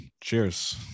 cheers